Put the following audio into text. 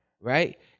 right